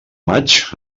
maig